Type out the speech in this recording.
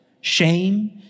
shame